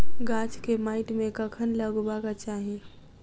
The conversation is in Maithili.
गाछ केँ माइट मे कखन लगबाक चाहि?